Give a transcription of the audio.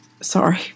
Sorry